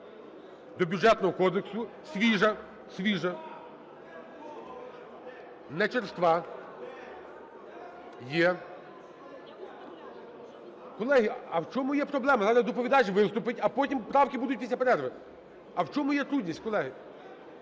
до Бюджетного кодексу. Свіжа, свіжа, не черства, є. (Шум у залі) Колеги, а в чому є проблема? Зараз доповідач виступить, а потім правки будуть після перерви. А в чому є трудність, колеги?